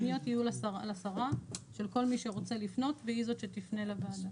הפניות יהיו לשרה של כל מי שרוצה לפנות והיא זאת שתפנה לוועדה.